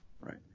Right